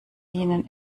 ihnen